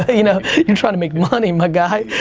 you know, you're trying to make money my guy.